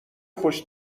خوش